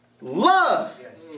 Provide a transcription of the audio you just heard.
love